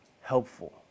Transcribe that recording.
helpful